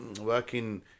working